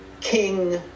king